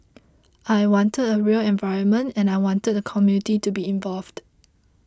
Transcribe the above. I wanted a real environment and I wanted the community to be involved